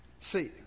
See